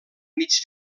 mig